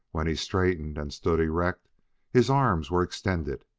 when he straightened and stood erect his arms were extended,